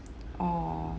or